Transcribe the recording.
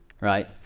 Right